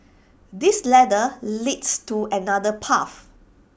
this ladder leads to another path